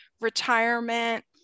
retirement